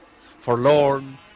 forlorn